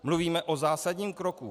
Mluvíme o zásadním kroku.